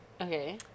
Okay